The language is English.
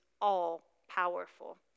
all-powerful